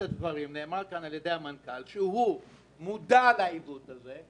המנכ"ל מודע לעיוות הזה,